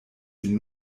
sie